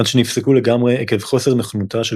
עד שנפסקו לגמרי עקב חוסר נכונותה של